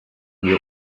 wir